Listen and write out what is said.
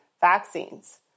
vaccines